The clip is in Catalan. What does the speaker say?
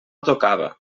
tocava